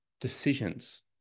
decisions